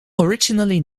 originally